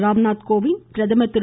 ராம்நாத் கோவிந்த் பிரதமர் திரு